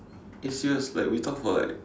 eh serious like we talk for like